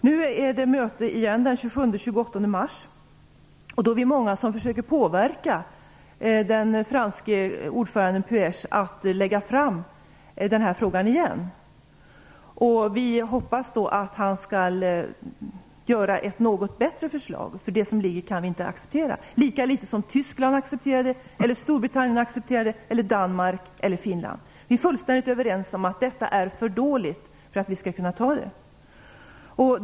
Nu blir det ett möte den 27-28 mars, och vi är många som kommer att försöka påverka den franske ordföranden Puech att ta upp frågan igen. Vi hoppas att han skall lägga fram ett något bättre förslag, därför att det som ligger kan vi inte acceptera - lika litet som Tyskland, Storbritannien, Danmark eller Finland accepterar det. Vi är fullständigt överens om att det är för dåligt för att vi skall kunna anta det.